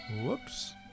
whoops